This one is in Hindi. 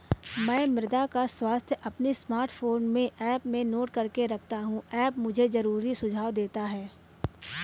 मैं मृदा का स्वास्थ्य अपने स्मार्टफोन में ऐप में नोट करके रखता हूं ऐप मुझे जरूरी सुझाव देता है